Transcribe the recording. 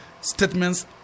statements